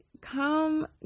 come